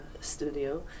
studio